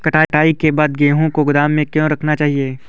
कटाई के बाद गेहूँ को गोदाम में क्यो रखना चाहिए?